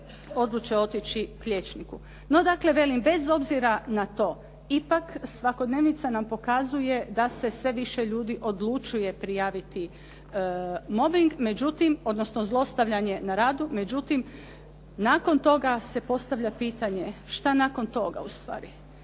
odluče otići k liječniku. No dakle kažem, bez obzira na ipak svakodnevnica nam pokazuje da se sve više ljudi odlučuje prijaviti mobing odnosno zlostavljanje na radu, međutim nakon toga se postavlja pitanje šta nakon toga ustvari.